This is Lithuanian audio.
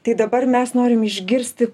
tai dabar mes norim išgirsti